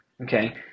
Okay